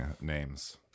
names